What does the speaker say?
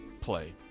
play